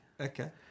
Okay